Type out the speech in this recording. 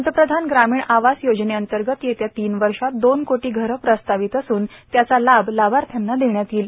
पंतप्रधान ग्रामीण आवास योजनेअंतर्गत येत्या तीन वर्षात दोन कोटी घरं प्रस्तावित असून त्याचा लाभ लाभाथ्र्यांना देण्यात येईल